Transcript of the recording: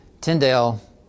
Tyndale